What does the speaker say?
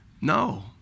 No